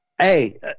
Hey